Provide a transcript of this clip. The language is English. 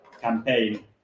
campaign